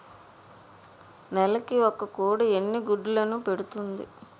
నెలకి ఒక కోడి ఎన్ని గుడ్లను పెడుతుంది?